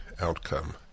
outcome